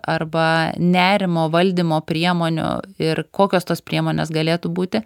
arba nerimo valdymo priemonių ir kokios tos priemonės galėtų būti